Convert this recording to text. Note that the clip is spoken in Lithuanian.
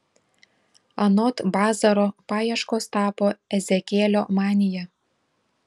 anot bazaro paieškos tapo ezekielio manija